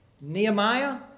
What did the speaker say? Nehemiah